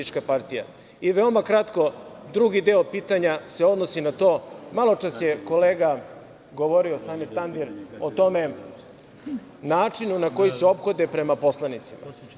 Veoma kratko, drugi deo pitanja se odnosi na to, maločas je kolega Samir Tandir govorio o tome, načinu na koji se ophode prema poslanicima.